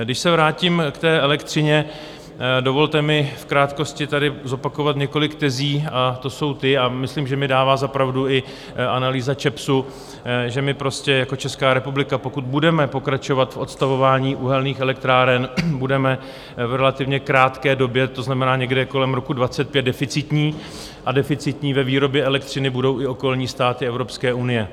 Když se vrátím k elektřině, dovolte mi v krátkosti tady zopakovat několik tezí, a to jsou ty, a myslím, že mi dává za pravdu i analýza ČEPSu, že my prostě jako Česká republika, pokud budeme pokračovat v odstavování uhelných elektráren, budeme v relativně krátké době, to znamená někde kolem roku 2025, deficitní a deficitní ve výrobě elektřiny budou i okolní státy Evropské unie.